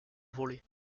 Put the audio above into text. voler